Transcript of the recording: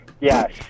yes